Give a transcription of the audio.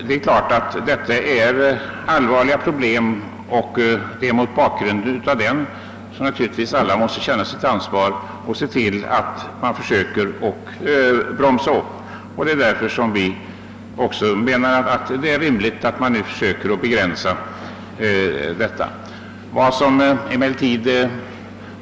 Det är klart att detta medför allvarliga problem, och mot den bakgrunden bör naturligtvis alla känna sitt ansvar och se till att denna utveckling bromsas upp. Därför anser vi det rimligt att man söker begränsa denna ökning.